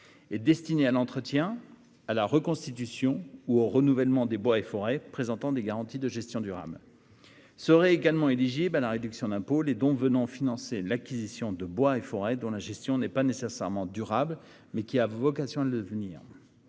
forestiers, pour l'entretien, la reconstitution ou le renouvellement des bois et forêts présentant des garanties de gestion durable. Seraient également éligibles à la réduction d'impôt les dons venant financer l'acquisition des parcelles dont la gestion n'est pas nécessairement durable, mais a vocation à le devenir.